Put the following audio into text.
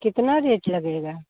कितना रेट लगेगा